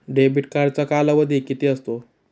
Debit कार्डचा कालावधी किती असतो?